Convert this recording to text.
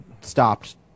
stopped